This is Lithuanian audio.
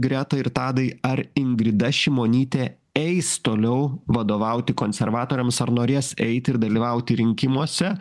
greta ir tadai ar ingrida šimonytė eis toliau vadovauti konservatoriams ar norės eiti ir dalyvauti rinkimuose